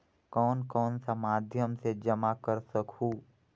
कौन कौन सा माध्यम से जमा कर सखहू?